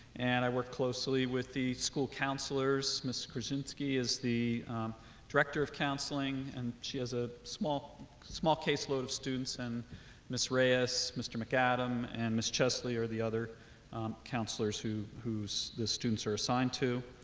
and i work closely with the school counselors ms. krichinsky is the director of counseling and she has a small small caseload of students and ms reyes mr. mcadam and ms chesley or the other counselors who the students are assigned to